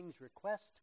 request